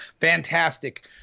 Fantastic